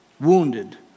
wounded